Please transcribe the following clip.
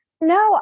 No